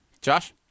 Josh